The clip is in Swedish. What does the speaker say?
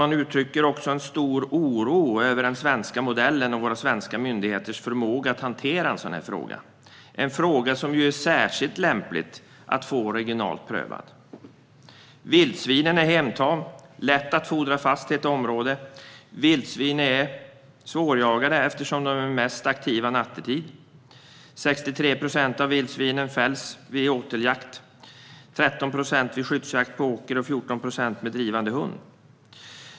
Man uttrycker också en stor oro över den svenska modellen och våra svenska myndigheters förmåga att hantera en sådan här fråga, en fråga som ju är särskilt lämpad att få regionalt prövad. Vildsvinen är hemtama och lätta att fodra fast i ett område. Vildsvin är svårjagade, eftersom de är mest aktiva nattetid. 63 procent av vildsvinen fälls vid åteljakt, 13 procent vid skyddsjakt på åker och 14 procent med drivande hund.